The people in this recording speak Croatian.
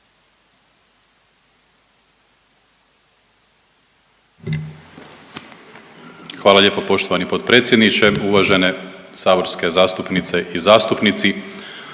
Hvala lijepo poštovani potpredsjedniče. Uvažene saborske zastupnice i zastupnici,